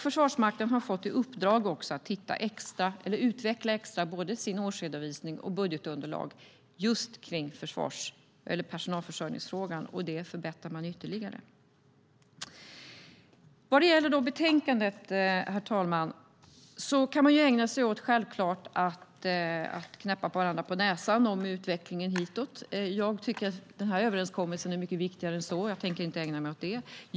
Försvarsmakten har också fått i uppdrag att utveckla extra både sin årsredovisning och sitt budgetunderlag i personalförsörjningsfrågan, och det förbättrar man ytterligare. Vad det gäller betänkandet, herr talman, kan man självklart ägna sig åt att knäppa varandra på näsan om utvecklingen hittills. Jag tycker att den här överenskommelsen är mycket viktigare än så, och jag tänker inte ägna mig åt det.